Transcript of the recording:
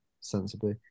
sensibly